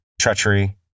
treachery